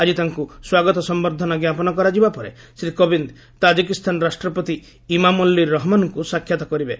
ଆକ୍ଟି ତାଙ୍କୁ ସ୍ୱାଗତ ସମ୍ଭର୍ଦ୍ଧନା ଜ୍ଞାପନ କରାଯିବା ପରେ ଶ୍ରୀ କୋବିନ୍ଦ ତାଜକିସ୍ଥାନ ରାଷ୍ଟ୍ରପତି ଇମାମୋଲ୍ଲି ରହମନ୍ଙ୍କୁ ସାକ୍ଷାତ କରିବେ